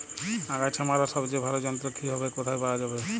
আগাছা মারার সবচেয়ে ভালো যন্ত্র কি হবে ও কোথায় পাওয়া যাবে?